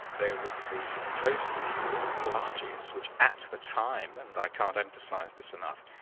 there was the opposing view of pelagius, which at the time, and i can't emphasise this enough,